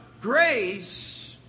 grace